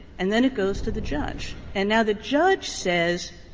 and then it goes to the judge. and now the judge says,